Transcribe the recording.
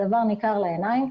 הדבר ניכר לעיניים.